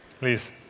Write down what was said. Please